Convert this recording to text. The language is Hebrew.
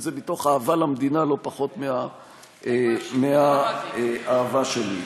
זה מתוך אהבה למדינה לא פחות מהאהבה שלי.